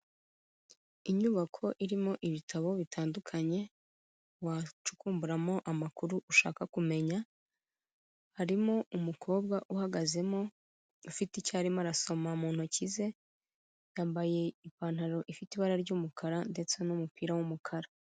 Inyubako irimo ibitabo bitandukanye wacukumburamo amakuru ushaka kumenya, harimo umukobwa uhagazemo ufite icyo arimo arasoma mu ntoki ze, yambaye ipantaro ifite ibara ry'umukara ndetse n'umupira w'umukara.